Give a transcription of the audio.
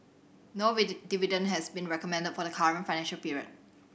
no dividend has been recommended for the current financial period